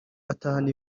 atahana